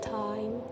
time